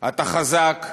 אתה חזק.